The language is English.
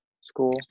school